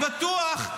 אני בטוח,